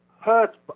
hurt